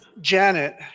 Janet